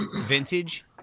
Vintage